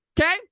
okay